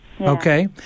Okay